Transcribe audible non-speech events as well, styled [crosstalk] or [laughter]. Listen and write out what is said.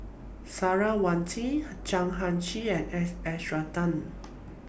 Sarah [unintelligible] Chan Heng Chee and S S Ratnam